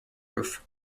roof